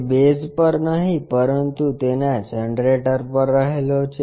તે બેઝ પર નહીં પરંતુ તેના જનરેટર પર રહેલો છે